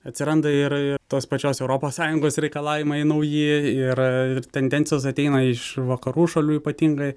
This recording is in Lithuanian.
atsiranda ir ir tos pačios europos sąjungos reikalavimai nauji ir tendencijos ateina iš vakarų šalių ypatingai